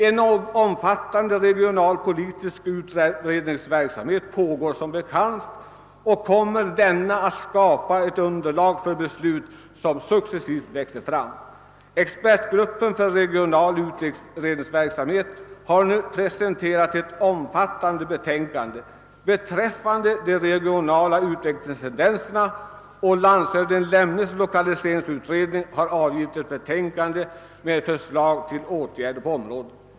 En omfattande regionalpolitisk utredningsverksamhet pågår som bekant och kommer att skapa underlag för de beslut som successivt växer fram. Expertgruppen för regional utredningsverksamhet har nu presenterat ett omfattande betänkande beträffande de regionala utvecklingstendenserna. Landshövding Lemnes lokaliseringsutredning har avgivit ett betänkande med förslag till åtgärder på området.